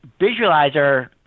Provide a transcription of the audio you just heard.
Visualizer